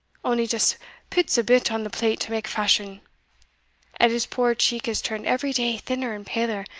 only just pits a bit on the plate to make fashion and his poor cheek has turned every day thinner and paler,